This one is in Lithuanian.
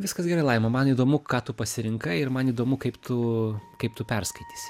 viskas gerai laima man įdomu ką tu pasirinkai ir man įdomu kaip tu kaip tu perskaitysi